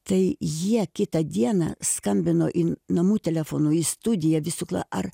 tai jie kitą dieną skambino in namų telefonu į studiją visukla ar